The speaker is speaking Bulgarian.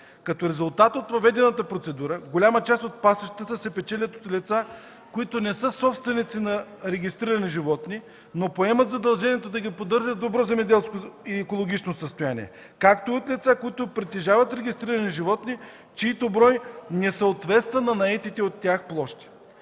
Като резултат от проведената процедура голяма част от пасищата се печелят от лица, които не са собственици на регистрирани животни, но поемат задължението да ги поддържат в добро земеделско и екологично състояние, както и от лица, които притежават регистрирани животни, чийто брой не съответства на наетите от тях площи.